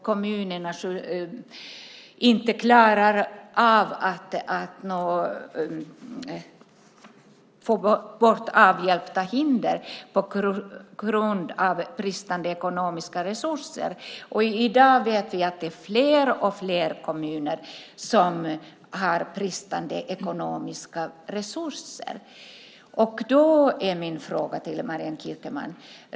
De klarar inte att avhjälpa hinder på grund av bristande ekonomiska resurser. Och vi vet att det i dag är fler och fler kommuner som har bristande ekonomiska resurser. Då har jag en fråga till Marianne Kierkemann.